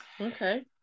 Okay